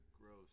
gross